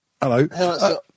Hello